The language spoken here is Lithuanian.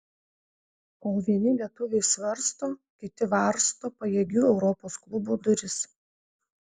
kol vieni lietuviai svarsto kiti varsto pajėgių europos klubų duris